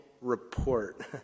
report